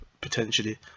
potentially